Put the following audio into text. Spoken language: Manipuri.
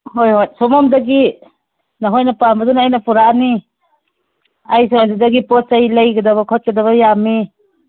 ꯍꯣꯏ ꯍꯣꯏ ꯁꯣꯝꯗꯒꯤ ꯅꯈꯣꯏꯅ ꯄꯥꯝꯕꯗꯨꯅ ꯑꯩꯅ ꯄꯣꯔꯛꯑꯅꯤ ꯑꯩꯁꯨ ꯑꯗꯨꯗꯒꯤ ꯄꯣꯠ ꯆꯩ ꯂꯩꯒꯗꯕ ꯈꯣꯠꯀꯗꯕ ꯌꯥꯝꯃꯤ